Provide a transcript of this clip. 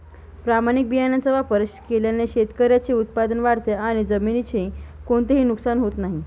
प्रमाणित बियाण्यांचा वापर केल्याने शेतकऱ्याचे उत्पादन वाढते आणि जमिनीचे कोणतेही नुकसान होत नाही